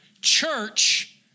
Church